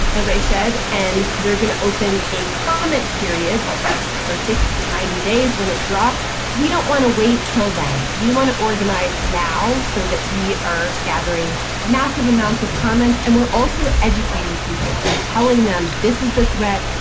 as i said, and they're gonna open a comment period but about sixty to ninety days when it drops. we don't wanna wait till then, we wanna organize now so that we are gathering massive amounts of comments. and we're also educating people and telling them this is the threat,